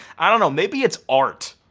i don't know, maybe it's art.